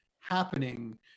happening